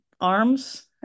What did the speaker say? arms